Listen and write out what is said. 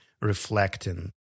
reflecting